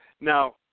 Now